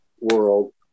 world